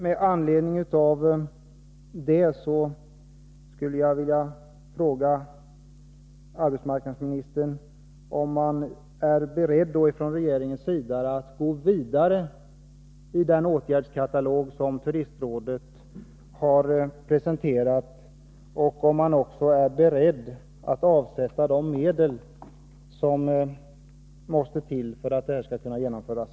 Med anledning härav skulle jag vilja fråga arbetsmarknadsministern om regeringen är beredd att gå vidare i den åtgärdskatalog som turistrådet har presenterat och om regeringen också är beredd att avsätta de medel som måste till för att det här skall kunna genomföras.